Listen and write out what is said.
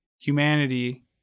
humanity